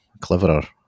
cleverer